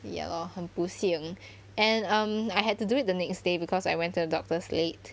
ya lor 很不幸 and um I had to do it the next day because I went to the doctor's late